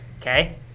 Okay